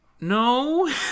No